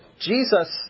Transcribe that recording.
Jesus